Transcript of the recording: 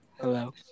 Hello